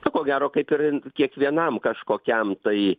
nu ko gero kaip ir kiekvienam kažkokiam tai